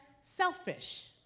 selfish